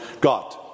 God